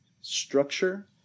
structure